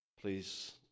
please